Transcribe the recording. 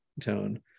tone